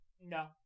No